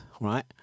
right